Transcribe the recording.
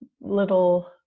little